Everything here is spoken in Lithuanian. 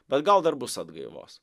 bet gal dar bus atgaivos